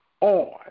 on